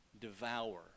devour